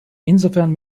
insofern